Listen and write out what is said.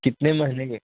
کتنے مہیںے کی